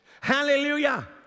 Hallelujah